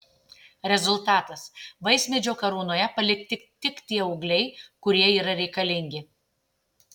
rezultatas vaismedžio karūnoje palikti tik tie ūgliai kurie yra reikalingi